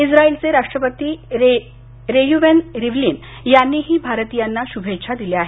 इस्राइलचे राष्ट्रपती Reuven Rivlin यांनीही भारतीयांना शुभेच्छा दिल्या आहेत